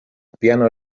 piano